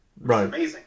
Right